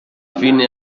fine